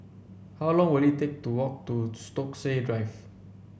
how long will it take to walk to Stokesay Drive